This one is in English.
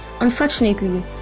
Unfortunately